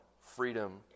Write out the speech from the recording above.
freedom